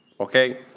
Okay